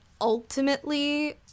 ultimately